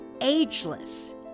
ageless